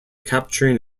capturing